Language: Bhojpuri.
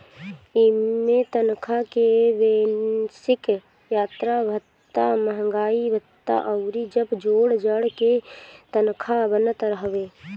इमें तनखा के बेसिक, यात्रा भत्ता, महंगाई भत्ता अउरी जब जोड़ जाड़ के तनखा बनत हवे